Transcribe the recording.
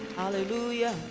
hallelujah